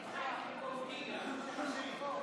הצבעתי במקום גילה.